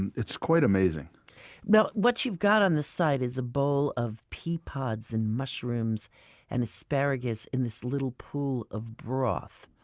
and it's quite amazing what you've got on the site is a bowl of pea pods, and mushrooms and asparagus in this little pool of broth.